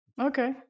Okay